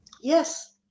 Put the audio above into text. Yes